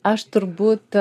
aš turbūt